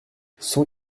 cent